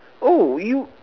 oh you